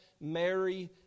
Mary